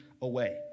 away